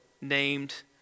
named